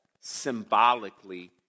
symbolically